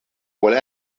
will